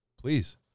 Please